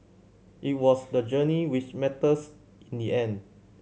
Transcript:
it was the journey which matters in the end